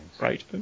Right